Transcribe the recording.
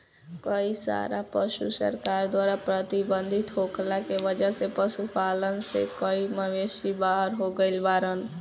कई सारा पशु सरकार द्वारा प्रतिबंधित होखला के वजह से पशुपालन से कई मवेषी बाहर हो गइल बाड़न